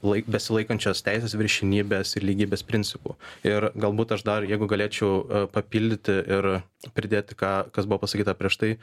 laik besilaikančios teisės viršenybės lygybės principu ir galbūt aš dar jeigu galėčiau papildyti ir pridėti ką kas buvo pasakyta prieš tai